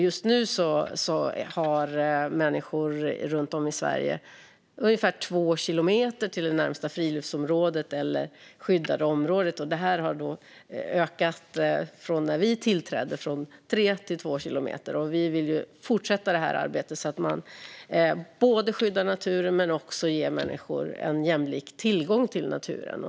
Just nu har människor i Sverige ungefär två kilometer till närmaste friluftsområde eller skyddade område. Det har sedan vi tillträdde minskat, från tre till två kilometer. Det arbetet vill vi fortsätta. Man ska skydda naturen men också ge människor jämlik tillgång till naturen.